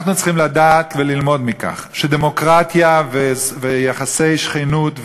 אנחנו צריכים לדעת וללמוד מכך שדמוקרטיה ויחסי שכנות,